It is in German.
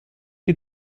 die